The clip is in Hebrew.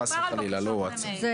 חס וחלילה, לא ווטסאפ.